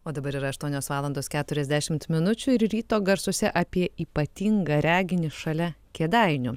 o dabar yra aštuonios valandos keturiasdešimt minučių ir ryto garsuose apie ypatingą reginį šalia kėdainių